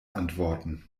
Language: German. antworten